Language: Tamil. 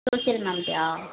சோசியல் மேம்ட்டேயா